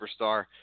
superstar